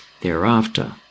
thereafter